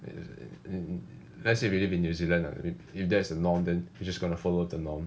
it is in let's say we live in new zealand uh and if that is the norm then we just got to follow the norm